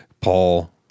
Paul